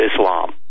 Islam